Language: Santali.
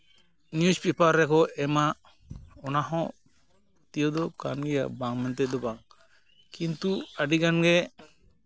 ᱱᱤᱭᱩᱥ ᱯᱮᱯᱟᱨ ᱨᱮᱠᱚ ᱮᱢᱟ ᱡᱟᱦᱟᱸᱴᱟᱜ ᱚᱱᱟᱦᱚᱸ ᱛᱤᱭᱳᱜᱚᱜ ᱠᱟᱱ ᱜᱮᱭᱟ ᱵᱟᱝ ᱢᱮᱱᱛᱮ ᱫᱚ ᱵᱟᱝ ᱠᱤᱱᱛᱩ ᱟᱹᱰᱤᱜᱟᱱ ᱜᱮ